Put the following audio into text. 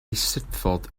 eisteddfod